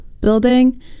building